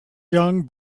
young